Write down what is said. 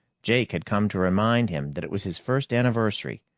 jake had come to remind him that it was his first anniversary,